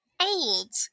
Old